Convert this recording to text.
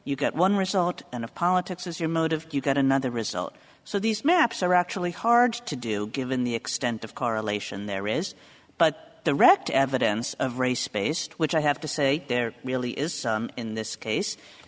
you get one result and of politics as your motive you got another result so these maps are actually hard to do given the extent of correlation there is but the wrecked evidence of race based which i have to say there really is in this case